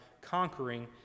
conquering